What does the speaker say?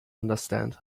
understand